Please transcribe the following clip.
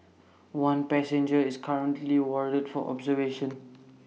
one passenger is currently warded for observation